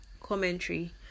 commentary